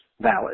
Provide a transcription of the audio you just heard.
valid